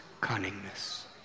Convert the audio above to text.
cunningness